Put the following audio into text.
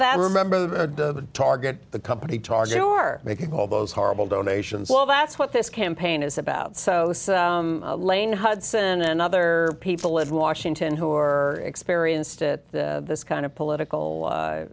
that remember the target the company charge you are making all those horrible donations well that's what this campaign is about so lane hudson and other people in washington who are experienced to this kind of political